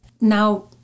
Now